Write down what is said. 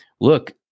look